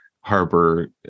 harbor